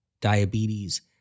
diabetes